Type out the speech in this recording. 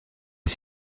est